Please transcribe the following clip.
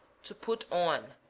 to put on